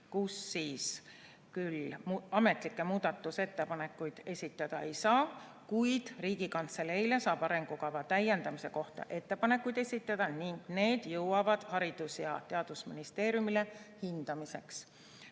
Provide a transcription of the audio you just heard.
aga seal ametlikke muudatusettepanekuid esitada ei saa. Kuid Riigikantseleile saab arengukava täiendamise kohta ettepanekuid esitada ning need jõuavad Haridus- ja Teadusministeeriumi hindamiseks.